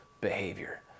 behavior